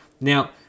now